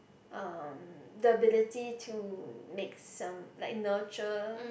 uh the ability to make some like nurture